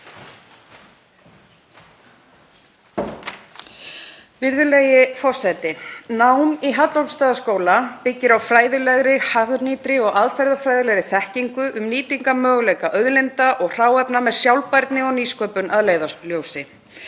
Virðulegi forseti. Nám í Hallormsstaðaskóla byggir á fræðilegri hagnýtri og aðferðafræðilega þekkingu um nýtingarmöguleika auðlinda og hráefna með sjálfbærni og nýsköpun að leiðarljósi.